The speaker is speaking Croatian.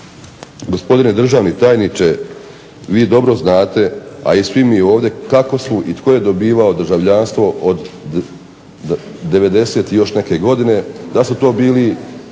Gospodine državni tajniče vi dobro znate i svi mi ovdje kako su i tko je sve dobivao državljanstvo od 90 i još neke godine da su to bili